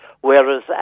Whereas